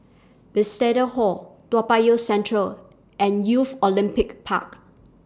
Bethesda Hall Toa Payoh Central and Youth Olympic Park